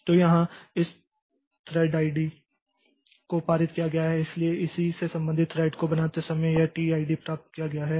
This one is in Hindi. तो यहाँ इस थ्रेड आईडी को पारित किया गया है इसलिए इसी से संबंधित थ्रेड को बनाते समय यह टी ऐडीप्राप्त किया गया है